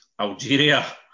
Algeria